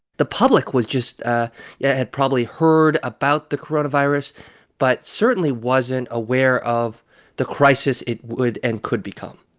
the public was just ah yeah had probably heard about the coronavirus but certainly wasn't aware of the crisis it would and could become.